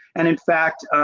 and in fact,